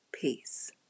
Peace